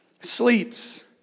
sleeps